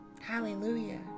Hallelujah